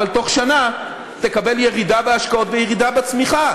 אבל בתוך שנה תקבל ירידה בהשקעות וירידה בצמיחה.